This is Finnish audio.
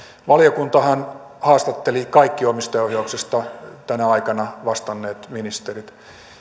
valiokuntahan haastatteli kaikki omistajaohjauksesta tänä aikana vastanneet ministerit